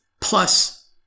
plus